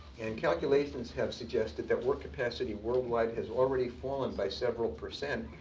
and calculations have suggested that work capacity worldwide has already fallen by several percent,